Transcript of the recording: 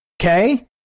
okay